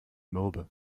mürbe